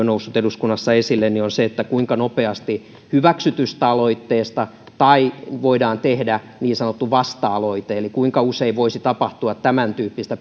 noussut eduskunnassa esille on se kuinka nopeasti hyväksytystä aloitteesta voidaan tehdä niin sanottu vasta aloite eli kuinka usein voisi tapahtua tämäntyyppistä